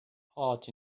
heart